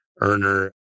earner